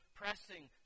pressing